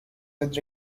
with